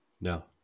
No